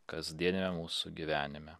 kasdieniame mūsų gyvenime